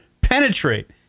penetrate